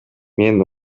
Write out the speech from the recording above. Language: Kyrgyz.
мен